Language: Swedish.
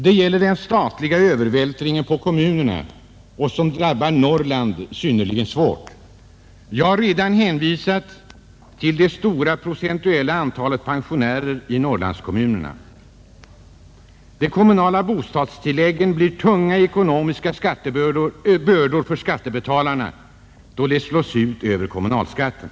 Det gäller den statliga kostnadsövervältringen på kommunerna, som drabbar Norrland synnerligen svårt. Jag har redan hänvisat till det procentuellt stora antalet pensionärer i Norrlandskommunerna. De kommunala bostadstilläggen blir tunga bördor för skattebetalarna, då de slås ut över kommunalskatten.